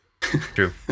True